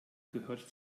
gehört